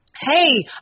Hey